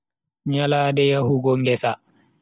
Nyalade yahugo ngesa.